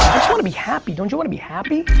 wanna be happy, don't you wanna be happy?